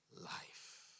life